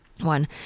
one